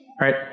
right